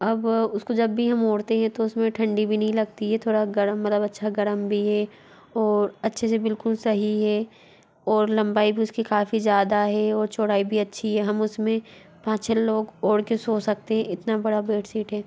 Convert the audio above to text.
अब उसको जब भी हम ओढ़ते हैं तो उसमें ठंडी भी नहीं लगती है थोड़ा गरम गरम अच्छा गरम भी है और अच्छे से बिल्कुल सही है और लम्बाई भी उसकी काफ़ी ज़्यादा है और चौड़ाई भी अच्छी है हम उसमें पाँच छः लोग ओढ़ के सो सकते हैं इतना बड़ा बेडसीट है